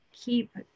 keep